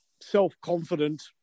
self-confident